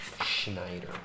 Schneider